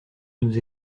nous